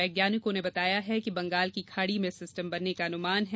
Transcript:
वैज्ञानिकों ने बताया कि बंगाल की खाड़ी में सिस्टम बनने का अनुमान है